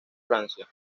francia